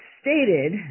stated